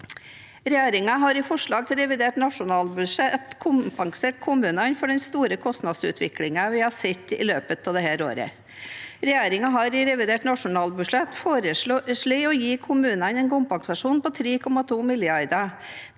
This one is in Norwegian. Regjeringen har i forslag til revidert nasjonalbudsjett kompensert kommunene for den store kostnadsutviklingen vi har sett i løpet av dette året. Regjeringen har i revidert nasjonalbudsjett foreslått å gi kommunesektoren en kompensasjon på 3,2 mrd.